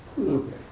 okay